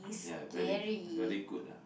ya very very good lah